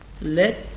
let